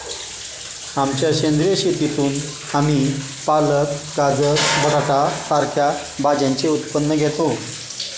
आमच्या सेंद्रिय शेतीतून आम्ही पालक, गाजर, बटाटा सारख्या भाज्यांचे उत्पन्न घेतो